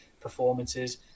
performances